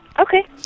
Okay